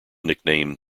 nickname